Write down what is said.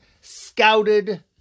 scouted